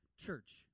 church